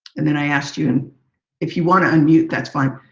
and then i asked you and if you want to unmute, that's fine.